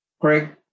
Craig